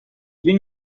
vint